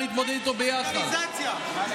יש קואליציה ואופוזיציה במצב כזה?